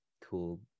cool